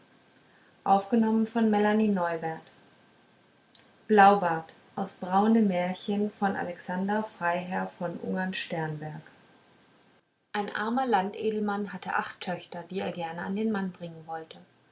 blaubart ein armer landedelmann hatte acht töchter die er gerne an den mann bringen wollte